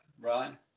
Right